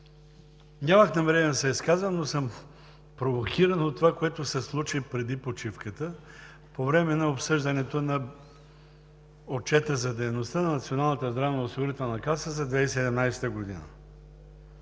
Нямах намерение да се изказвам, но съм провокиран от това, което се случи преди почивката по време на обсъждането на отчета за дейността на Здравната осигурителна каса за 2017 г.